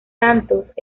santos